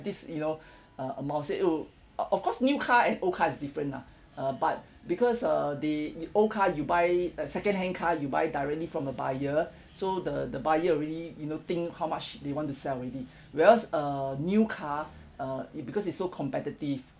this you know uh amount say oh of course new car and old car is different lah uh but because uh they old car you buy uh second hand car you buy directly from a buyer so the the buyer already you know think how much they want to sell already whereas a new car uh it because it's so competitive